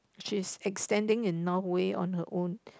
she's extending in Norway on her own